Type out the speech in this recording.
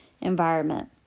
environment